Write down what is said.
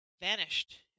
vanished